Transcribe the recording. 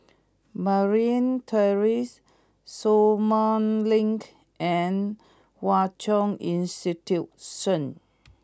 Merryn Terrace Sumang Link and Hwa Chong Institution